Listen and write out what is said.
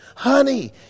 Honey